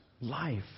life